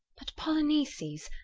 but polyneices,